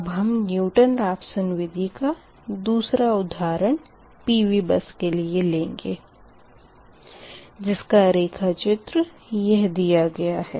अब हम Newton Raphson विधि का दूसरा उदाहरण PV बस के लिए लेंगे जिसका रेखाचित्र यह दिया गया है